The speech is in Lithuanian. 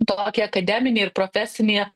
tokį akademinį ir profesinį